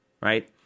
Right